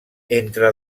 entre